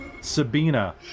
sabina